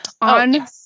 on